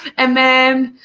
and then,